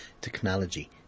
technology